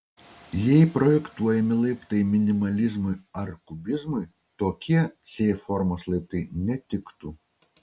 jei projektuojami laiptai minimalizmui ar kubizmui tokie c formos laiptai netiktų